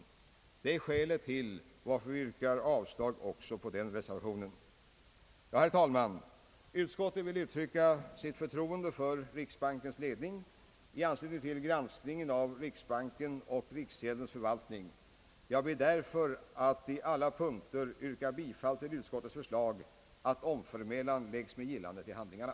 Detta är motiven till att vi hemstäl ler om avslag också på den reservationen. Herr talman! Utskottet vill uttrycka sitt förtroende för riksbankens ledning i anslutning till granskningen av riksbankens och riksgäldskontorets förvaltning. Jag ber därför att i alla punkter få yrka bifall till utskottets förslag samt att omförmälan lägges med gillande till handlingarna.